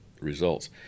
results